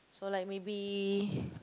so like maybe